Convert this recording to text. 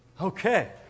Okay